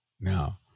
Now